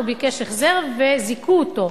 הוא ביקש החזר וזיכו אותו.